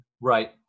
Right